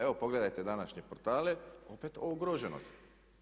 Evo pogledajte današnje portale, opet o ugroženosti.